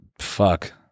fuck